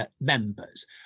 members